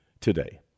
Today